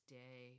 day